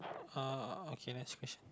uh okay next question